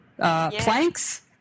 planks